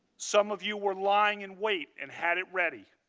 some of you were lying in wait and had it ready.